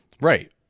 Right